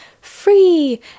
free